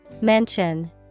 Mention